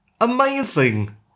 amazing